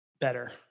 better